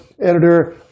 editor